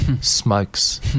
smokes